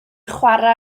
chwarae